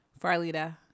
Farlita